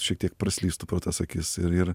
šiek tiek praslystų pro tas akis ir ir